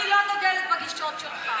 אני לא דוגלת בגישות שלך.